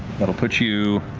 that'll put you